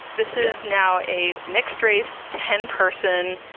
this is now a mixed-race, ten person,